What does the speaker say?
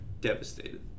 devastated